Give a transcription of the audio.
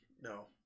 No